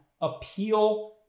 appeal